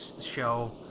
show